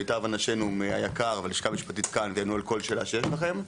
מיטב אנשינו מהיק"ר והלשכה המשפטית כאן ויענו על כל שאלה שתהיה לכם.